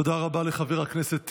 תודה רבה לחבר הכנסת טיבי.